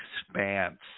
Expanse